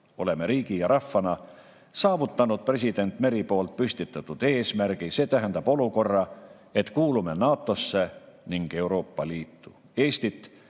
Oleme riigi ja rahvana saavutanud president Meri püstitatud eesmärgi, see tähendab, et kuulume NATO‑sse ning Euroopa Liitu.